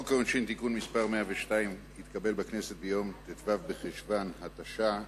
חוק העונשין (תיקון מס' 102) התקבל בכנסת ביום ט"ו בחשוון התש"ע,